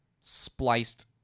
spliced